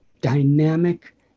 dynamic